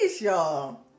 Y'all